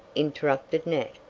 interrupted nat,